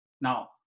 Now